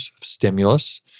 stimulus